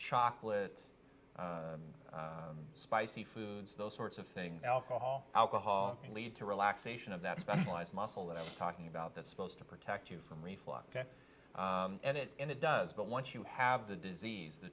chocolate spicy foods those sorts of things alcohol alcohol can lead to relaxation of that specialized muscle that i was talking about that's supposed to protect you from reflux and it and it does but once you have the disease the